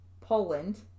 Poland